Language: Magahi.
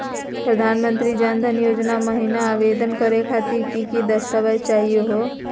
प्रधानमंत्री जन धन योजना महिना आवेदन करे खातीर कि कि दस्तावेज चाहीयो हो?